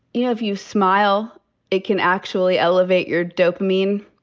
you know if you smile it can actually elevate your dopamine.